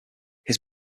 his